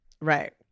Right